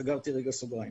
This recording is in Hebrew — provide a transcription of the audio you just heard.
סגרתי סוגריים.